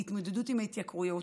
להתמודדות עם ההתייקרויות,